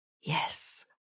Yes